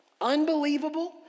unbelievable